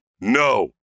No